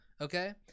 okay